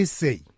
say